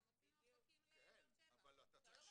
אתה מוציא מאופקים לבאר שבע.